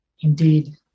indeed